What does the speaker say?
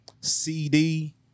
CD